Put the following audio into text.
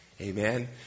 Amen